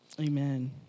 Amen